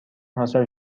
حاصل